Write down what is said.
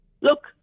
Look